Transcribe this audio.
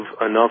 enough